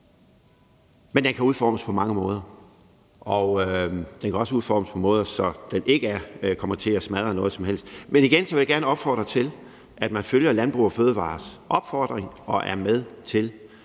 Men den kan udformes på mange måder, og den kan også udformes på måder, så den ikke kommer til at smadre noget som helst. Men igen vil jeg gerne opfordre til, at man følger Landbrug & Fødevarers opfordring og er med til